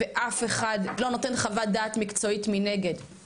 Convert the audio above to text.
ואף אחד לא נותן חוות דעת מקצועית מנגד.